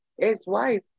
ex-wife